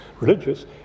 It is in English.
religious